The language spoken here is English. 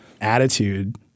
attitude